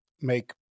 make